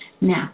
Now